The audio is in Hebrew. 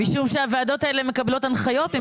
הוועדות האלה מקבלות הנחיות.